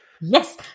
Yes